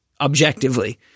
objectively